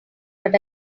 but